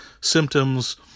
symptoms